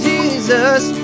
Jesus